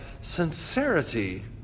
sincerity